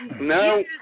No